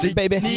baby